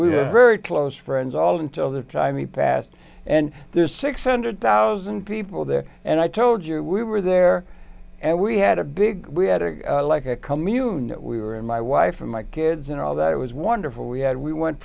we're very close friends all until the time we passed and there's six hundred thousand people there and i told you we were there and we had a big we had a like a commune we were in my wife and my kids and all that it was wonderful we had we went